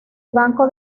banco